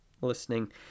listening